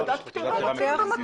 תעודת פטירה במקום.